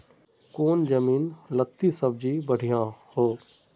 कौन जमीन लत्ती सब्जी बढ़िया हों?